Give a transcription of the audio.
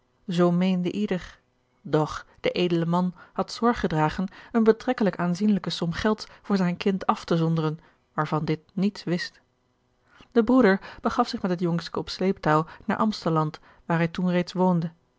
meende ieder doch de edele man had zorg gedragen eene betrekkegeorge een ongeluksvogel lijk aanzienlijke som gelds voor zijn kind af te zonderen waarvan dit niets wist de broeder begaf zich met het jongske op sleeptouw naar amstelland waar hij toen reeds woonde